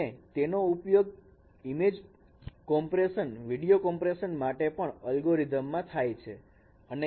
અને તેનો ઉપયોગ ઈમેજ કોમ્પ્રેશન વિડીયો કોમ્પ્રેશન માટે પણ અલ્ગોરિધમ માં થાય છે